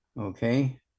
okay